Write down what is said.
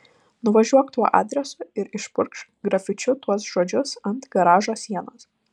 nuvažiuok tuo adresu ir išpurkšk grafičiu tuos žodžius ant garažo sienos